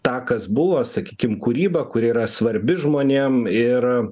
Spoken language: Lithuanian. tą kas buvo sakykim kūrybą kuri yra svarbi žmonėm ir